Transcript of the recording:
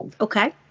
Okay